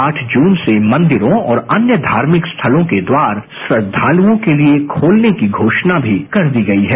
आठ जून से मंदिरों और अन्य धार्मिक स्थलों के द्वार श्रद्वालुओं के लिए खोलने की घोषणा भी कर दी गई है